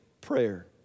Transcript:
prayer